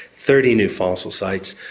thirty new fossil sites.